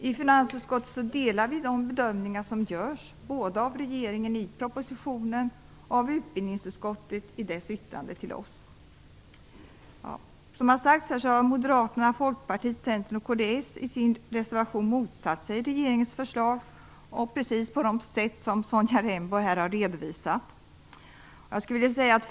I finansutskottet delar vi de bedömningar som görs både av regeringen i propositionen och av utbildningsutskottet i dess yttrande till oss. Som har sagts här, har Moderaterna, Folkpartiet, Centern och kds i sin reservation motsatt sig regeringens förslag, precis på det sätt som Sonja Rembo har redovisat.